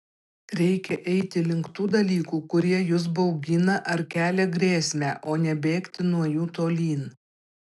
reikia eiti link tų dalykų kurie jus baugina ar kelia grėsmę o ne bėgti nuo jų tolyn